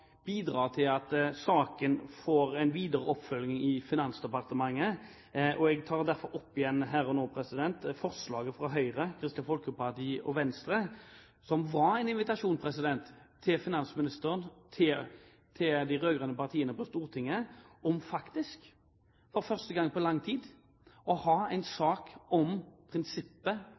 til at saken får en videre oppfølging i Finansdepartementet. Jeg tar derfor her og nå opp igjen forslaget fra Høyre, Kristelig Folkeparti og Venstre, som var en invitasjon til finansministeren og til de rød-grønne partiene på Stortinget om, faktisk for første gang på lang tid, å ha en sak om prinsippet